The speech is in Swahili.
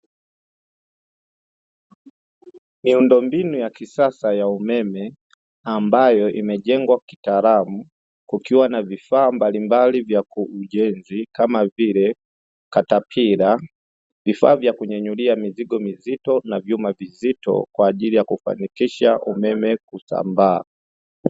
Miundombinu ya kisasa ya umeme, ambayo imejengwa kitaalamu kukiwa na vifaa mbalimbali vya ujenzi kama vile katapila, vifaa vya kunyanyulia mizigo mizito na vyuma vizito kwa ajili ya kufanikisha umeme kusambaa.